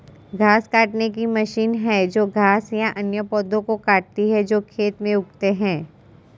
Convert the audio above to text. घास काटने की मशीन है जो घास या अन्य पौधों को काटती है जो खेत में उगते हैं